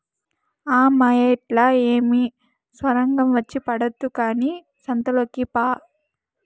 ఆ మాయేట్లా ఏమి సొరంగం వచ్చి పడదు కానీ సంతలోకి పా